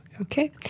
Okay